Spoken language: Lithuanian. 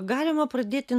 galima pradėti